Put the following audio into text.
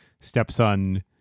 stepson